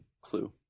clue